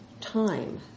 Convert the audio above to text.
time